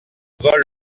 vole